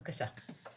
בבקשה.